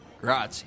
Grazie